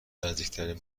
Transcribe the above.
نزدیکترین